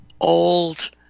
old